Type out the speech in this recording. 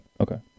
Okay